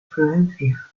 florencia